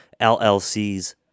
LLCs